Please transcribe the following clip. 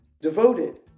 devoted